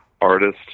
artist